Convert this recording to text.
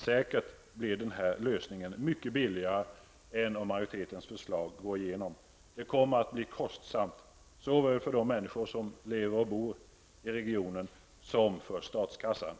Den här lösningen blir säkert mycket billigare än om majoritetens förslag går igenom. Det kommer att bli kostsamt såväl för de människor som lever och bor i regionen som för statskassan.